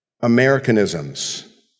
Americanisms